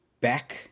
back